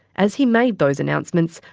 as he made those announcements,